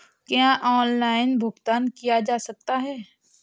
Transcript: क्या ऑनलाइन भुगतान किया जा सकता है?